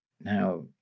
now